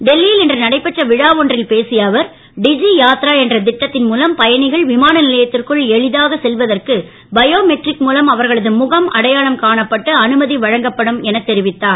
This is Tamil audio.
டெல்லியில் இன்று நடைபெற்ற விழா ஒன்றில் பேசிய அவர் டிதி யாத்ரா என்ற திட்டத்தின் மூலம் பயணிகள் விமான நிலையத்திற்குள் எளிதாக செல்வதற்கு பயோமெட்ரிக் மூலம் அவர்களது முகம் அடையாளம் காரணப்பட்டு அனுமதி வழங்கப்படும் எனத் தெரிவித்தார்